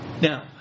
Now